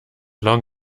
long